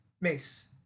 Mace